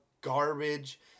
garbage